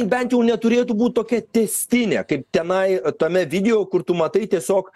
bent jau neturėtų būt tokia tęstinė kaip tenai tame video kur tu matai tiesiog